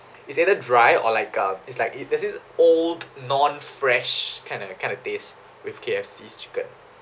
it's either dry or like a is like there's this old non fresh kind of kind of taste with K_F_C's chicken